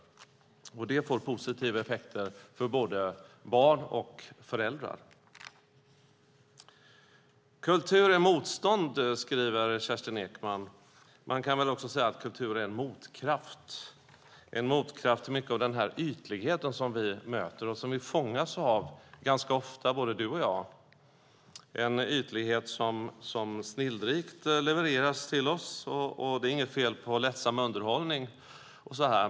Det får positiva effekter för både barn och föräldrar. Kultur är motstånd, skriver Kerstin Ekman. Man kan väl också säga att kultur är en motkraft, en motkraft till mycket av den ytlighet som vi möter och som vi fångas av ganska ofta, både du och jag. Det är en ytlighet som snillrikt levereras till oss, och det är väl inget fel på lättsam underhållning.